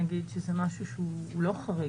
זה משהו שהוא לא חריג.